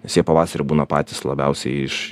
nes jie pavasarį būna patys labiausiai iš